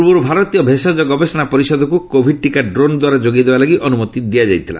ପୂର୍ବରୁ ଭାରତୀୟ ଭେଷଜ ଗବେଷଣା ପରିଷଦକୁ କୋଭିଡ୍ ଟିକା ଡ୍ରୋନ୍ ଦ୍ୱାରା ଯୋଗାଇ ଦେବା ଲାଗି ଅନୁମତି ଦିଆଯାଇଥିଲା